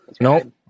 No